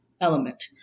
element